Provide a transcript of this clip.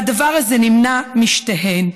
והדבר הזה נמנע משתיהן.